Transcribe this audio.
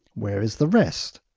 where is the rest?